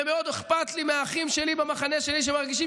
ומאוד אכפת לי מהאחים שלי במחנה שלי שמרגישים